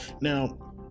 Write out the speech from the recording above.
Now